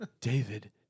David